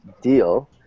deal